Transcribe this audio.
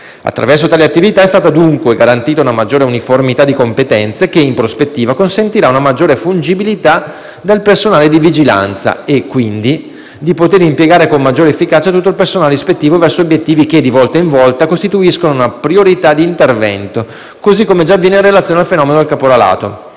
Attraverso tale attività è stata dunque garantita una maggiore uniformità di competenze che, in prospettiva, consentirà una maggiore fungibilità del personale di vigilanza e, quindi, di poter impiegare con maggiore efficacia tutto il personale ispettivo verso obiettivi che, di volta in volta, costituiscono una priorità d'intervento, così come già avviene in relazione al fenomeno del caporalato.